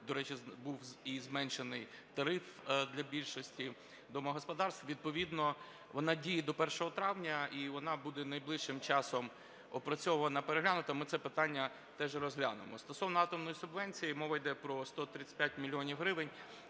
до речі, був і зменшений тариф для більшості домогосподарств. Відповідно вона діє до 1 травня, і вона буде найближчим часом опрацьована і переглянута, ми це питання теж розглянемо. Стосовно атомної субвенції, мова йде про 135 мільйонів